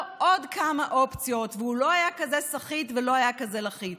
עוד כמה אופציות והוא לא היה כזה סחיט ולא היה כזה לחיץ.